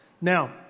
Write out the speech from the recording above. Now